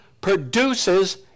produces